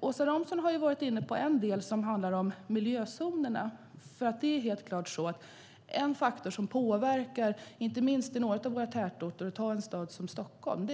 Åsa Romson har varit inne på den del som handlar om miljözonerna. Det är helt klart att luftkvaliteten för människor som bor i staden en faktor som påverkar i våra tätorter och i en stad som Stockholm.